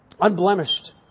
unblemished